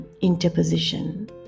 interposition